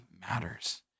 matters